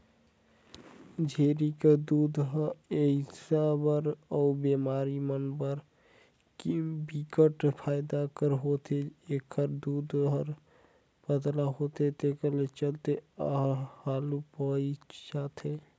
छेरी कर दूद ह लइका बर अउ बेमार मन बर बिकट फायदा कर होथे, एखर दूद हर पतला होथे तेखर चलते हालु पयच जाथे